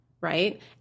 right